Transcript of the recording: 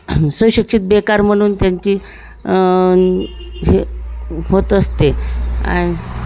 सुशिक्षित बेकार म्हणून त्यांची हे होत असते आणि